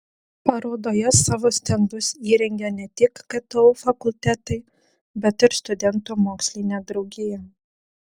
parodoje savo stendus įrengė ne tik ktu fakultetai bet ir studentų mokslinė draugija